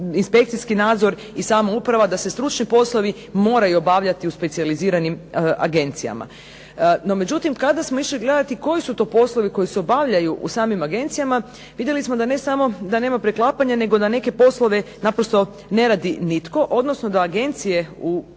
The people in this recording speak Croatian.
inspekcijski nadzor i sama uprava da se stručni poslovi moraju obavljati u specijaliziranim agencijama. No međutim, kada smo išli gledati koji su to poslovi koji se obavljaju u samim agencijama vidjeli smo da ne samo da nema preklapanja nego da neke poslove naprosto ne radi nitko, odnosno da agencije u